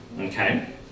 Okay